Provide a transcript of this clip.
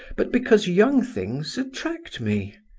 but because young things attract me.